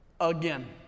Again